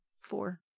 Four